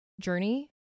journey